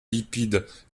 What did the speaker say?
lipides